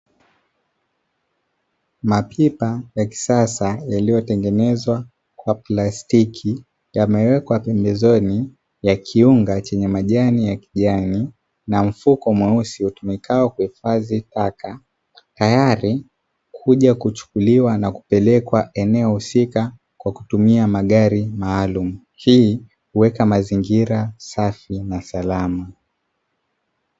Mapipa ya kisasa yaliyotengenezwa kwa plastiki yamewekwa kando kando ya kiunga chenye majani ya kijani na mfuko mweusi umetoka kwa kuhifadhi taka. Tayari kuja kuchukuliwa na kupelekwa eneo husika kwa kutumia magari maalum. Hii huweka mazingira safi na salama.